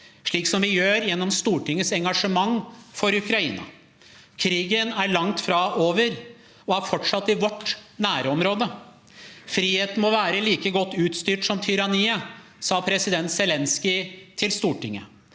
slik som vi gjør gjennom Stortingets engasjement for Ukraina. Krigen er langt fra over og er fortsatt i vårt nærområde. Friheten må være like godt utstyrt som tyranniet, sa president Zelenskyj til Stortinget.